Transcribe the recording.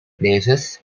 places